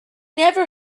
never